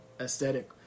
aesthetic